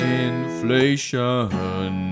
inflation